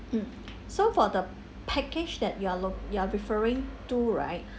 mm so for the package that you are lo~ you are referring to right